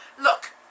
Look